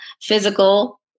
physical